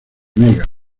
mega